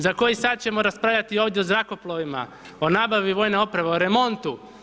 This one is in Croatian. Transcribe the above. Za koji sat ćemo raspravljati ovdje o zrakoplovima, o nabavi vojne opreme, o remontu.